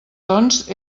doncs